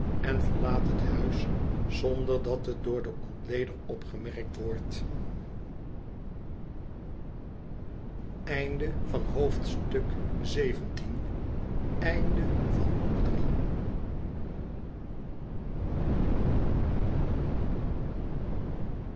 en verlaat het huis zonder dat het door den ontleder opgemerkt wordt